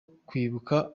kwibuka